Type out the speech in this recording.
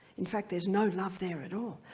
in fact, there is no love there at all.